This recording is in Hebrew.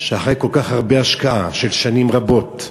אחרי כל כך הרבה השקעה של שנים רבות,